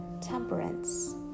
temperance